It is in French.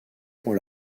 pour